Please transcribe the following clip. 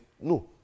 no